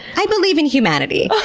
i believe in humanity!